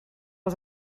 els